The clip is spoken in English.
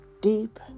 deep